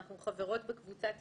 אנחנו חברות בקבוצת אימהות,